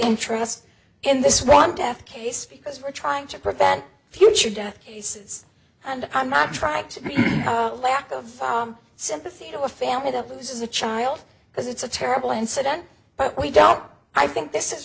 interest in this one death case because we're trying to prevent future death cases and i'm not trying to be a lack of sympathy to a family that loses a child because it's a terrible incident but we don't i think this is